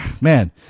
man